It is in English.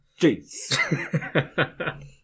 Jeez